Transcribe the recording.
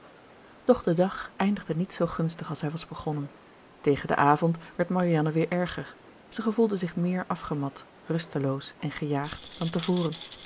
doch de dag eindigde niet zoo gunstig als hij was begonnen tegen den avond werd marianne weer erger zij gevoelde zich meer afgemat rusteloos en gejaagd dan te voren